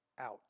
Ouch